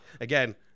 Again